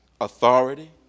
authority